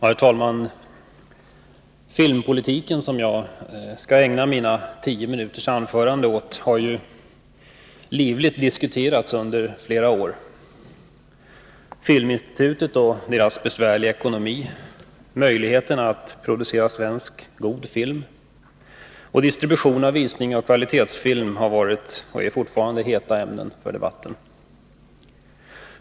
Herr talman! Filmpolitiken, som jag skall ägna mitt tiominutersanförande åt, har livligt diskuterats under många år. Filminstitutet och dess besvärliga ekonomi, möjligheterna att producera god svensk film och distribution och visning av kvalitetsfilm har varit, och är fortfarande, heta debattämnen.